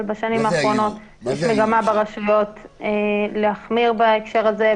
אבל בשנים האחרונות המגמה ברשויות להחמיר בהקשר הזה,